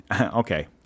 okay